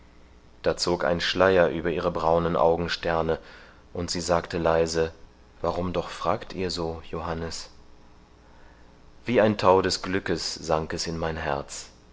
da zog ein schleier über ihre braunen augensterne und sie sagte leise warum doch fragt ihr so johannes wie ein thau des glückes sank es in mein herz